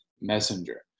messenger